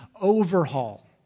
overhaul